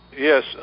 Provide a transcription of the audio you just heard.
Yes